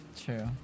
True